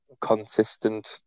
consistent